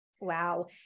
Wow